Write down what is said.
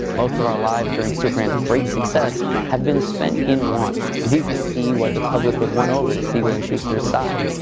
most of our lives during superman's great success have been spent in want. it's easy to see why the public was won over to siegel and shuster's side,